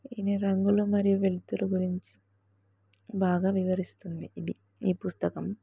ఈయన రంగులు మరియు వెలుతురు గురించి బాగా వివరిస్తుంది ఇది ఈ పుస్తకం